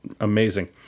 amazing